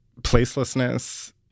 placelessness